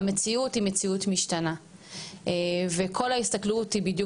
המציאות היא מציאות משתנה וכל ההסתכלות היא בדיוק